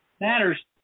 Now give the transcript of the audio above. Matters